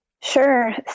Sure